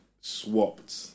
swapped